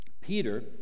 Peter